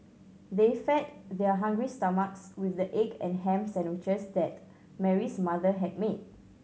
they fed their hungry stomachs with the egg and ham sandwiches that Mary's mother had made